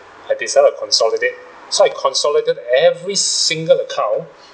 I decided to consolidate so I consolidate every single account